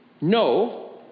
no